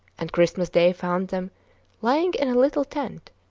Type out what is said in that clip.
and christmas day found them lying in a little tent,